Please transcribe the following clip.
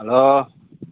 hello